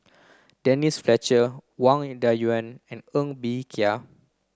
Denise Fletcher Wang Dayuan and Ng Bee Kia